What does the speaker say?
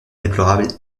déplorable